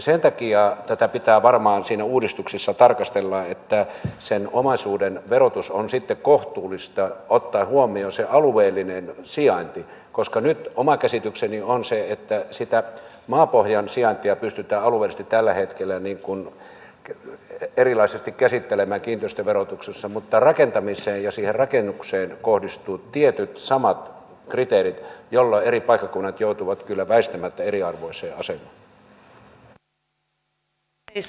sen takia tätä pitää varmaan siinä uudistuksessa tarkastella että sen omaisuuden verotus on sitten kohtuullista ottaen huomioon sen alueellinen sijainti koska nyt oma käsitykseni on se että sitä maapohjan sijaintia pystytään alueellisesti tällä hetkellä erilaisesti käsittelemään kiinteistöverotuksessa mutta rakentamiseen ja siihen rakennukseen kohdistuvat tietyt samat kriteerit jolloin eri paikkakunnat joutuvat kyllä väistämättä eriarvoiseen asemaan